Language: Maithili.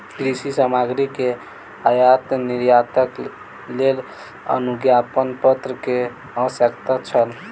कृषि सामग्री के आयात निर्यातक लेल अनुज्ञापत्र के आवश्यकता छल